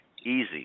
easy